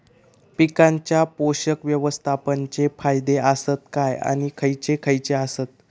पीकांच्या पोषक व्यवस्थापन चे फायदे आसत काय आणि खैयचे खैयचे आसत?